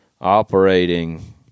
operating